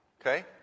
Okay